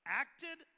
acted